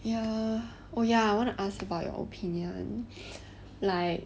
ya oh ya I want to ask about your opinion like